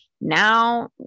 Now